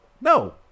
no